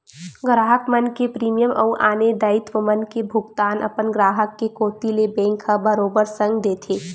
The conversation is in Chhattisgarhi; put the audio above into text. गराहक मन के प्रीमियम अउ आने दायित्व मन के भुगतान अपन ग्राहक के कोती ले बेंक ह बरोबर संग देथे